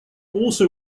also